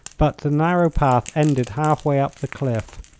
but the narrow path ended half way up the cliff.